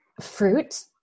fruit